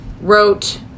wrote